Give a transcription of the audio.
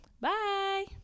Bye